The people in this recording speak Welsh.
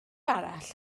arall